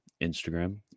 Instagram